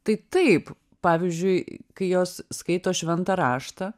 tai taip pavyzdžiui kai jos skaito šventą raštą